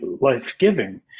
life-giving